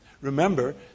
Remember